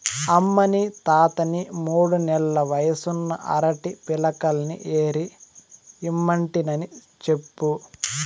అమ్మనీ తాతని మూడు నెల్ల వయసున్న అరటి పిలకల్ని ఏరి ఇమ్మంటినని చెప్పు